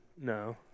No